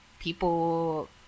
People